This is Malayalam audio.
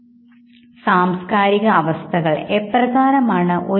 വൈകാരിക അനുഭവങ്ങളെ കുറിച്ച് മനസ്സിലാക്കുന്നതിൽ ഏറെ സഹായിക്കുന്നുണ്ട്